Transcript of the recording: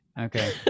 Okay